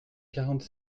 quarante